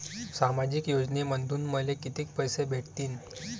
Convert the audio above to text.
सामाजिक योजनेमंधून मले कितीक पैसे भेटतीनं?